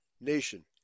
nation